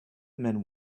men